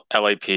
LAP